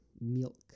Milk